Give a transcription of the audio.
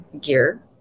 gear